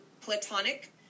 platonic